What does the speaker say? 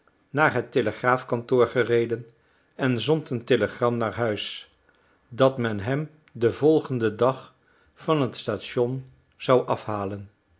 naar het telegraafkantoor gereden en zond een telegram naar huis dat men hem den volgenden dag van het station zou afhalen